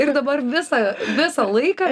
ir dabar visą visą laiką